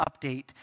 update